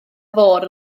fôr